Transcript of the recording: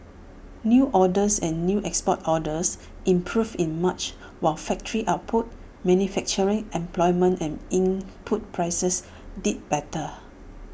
new orders and new export orders improved in March while factory output manufacturing employment and input prices did better